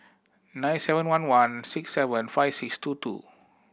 nine seven one one six seven five six two two